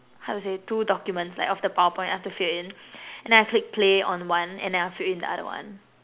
how to say two documents like of the PowerPoint I have to fill in and then I click play on one and I fill in the other one